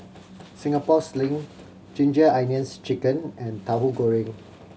Singapore Sling Ginger Onions Chicken and Tahu Goreng